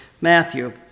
Matthew